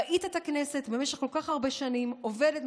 ראית את הכנסת במשך כל כך הרבה שנים עובדת,